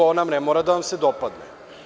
Ona ne mora da vam se dopadne.